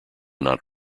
not